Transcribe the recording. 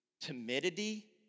timidity